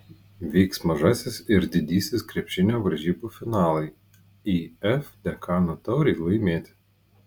vyks mažasis ir didysis krepšinio varžybų finalai if dekano taurei laimėti